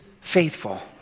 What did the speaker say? faithful